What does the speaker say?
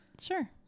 Sure